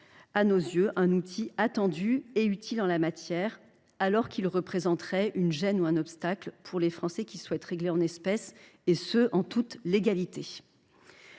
n’est pas un outil attendu et utile en la matière, alors que ce plafond représentera une gêne ou un obstacle pour les Français qui souhaitent régler en espèces en toute légalité.